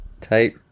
Tight